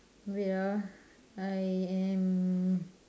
wait ah I am